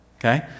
Okay